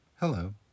Hello